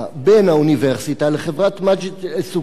בין האוניברסיטה לחברת "מַגְ'לִס אל-סוּכַּאן",